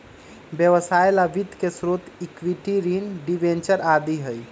व्यवसाय ला वित्त के स्रोत इक्विटी, ऋण, डिबेंचर आदि हई